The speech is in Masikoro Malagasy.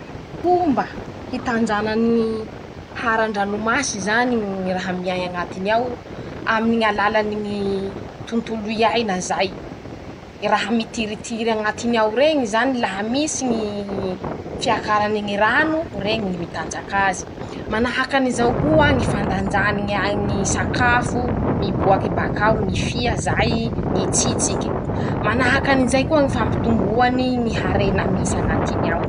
Fomba hitanjanany ñy haran-dranomasy zany ñii ñy raha miay añatiny ao aminy ñy alalany ñy tontolo iaina zay. ñy raha mitiritiry añatiny ao reñy zany laha misy ñy fiakarany ñy rano. reñy ñy mitanjak'azy. Manahaky anizao koa ñy fandanjany ñy ay ñy sakafo miboaky bakao ñy fia zay. Ñy tsitsiky ;manahaky anizay koa ñy fampitomboany ñy harena misy añatiny ao.